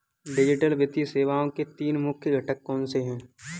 digital वित्तीय सेवाओं के तीन मुख्य घटक कौनसे हैं